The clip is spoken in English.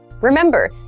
Remember